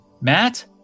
Matt